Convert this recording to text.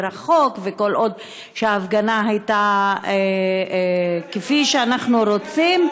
החוק וכל עוד ההפגנה הייתה כפי שאנחנו רוצים,